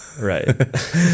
Right